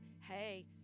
hey